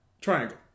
triangle